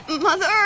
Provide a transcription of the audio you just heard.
Mother